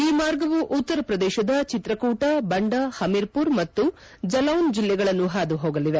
ಈ ಮಾರ್ಗವು ಉತ್ತರ ಪ್ರದೇಶದ ಚಿತ್ರಕೂಟ ಬಂಡ ಪಮಿರ್ಮರ್ ಮತ್ತು ಜಲೌನ್ ಜಿಲ್ಲೆಗಳನ್ನು ಪಾದುಹೋಗಲಿದೆ